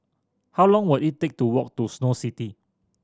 how long will it take to walk to Snow City